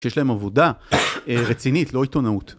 שיש להם עבודה רצינית לא עיתונאות